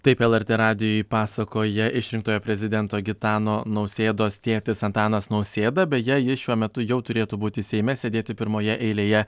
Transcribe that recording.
taip lrt radijui pasakoja išrinktojo prezidento gitano nausėdos tėtis antanas nausėda beje jis šiuo metu jau turėtų būti seime sėdėti pirmoje eilėje